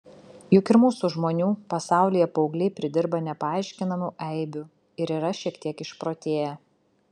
juk ir mūsų žmonių pasaulyje paaugliai pridirba nepaaiškinamų eibių ir yra šiek tiek išprotėję